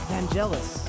Vangelis